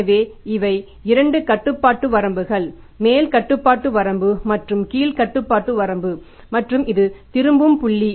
எனவே இவை 2 கட்டுப்பாட்டு வரம்புகள் மேல் கட்டுப்பாட்டு வரம்பு மற்றும் கீழ் கட்டுப்பாட்டு வரம்பு மற்றும் இது திரும்பும் புள்ளி